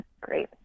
Great